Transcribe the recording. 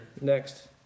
next